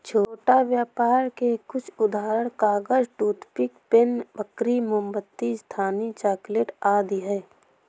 छोटा व्यापर के कुछ उदाहरण कागज, टूथपिक, पेन, बेकरी, मोमबत्ती, स्थानीय चॉकलेट आदि हैं